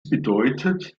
bedeutet